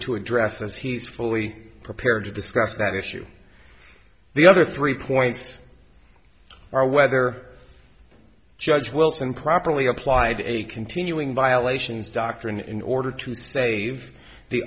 to address as he's fully prepared to discuss that issue the other three points are whether judge wilson properly applied a continuing violations doctrine in order to save the